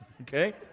Okay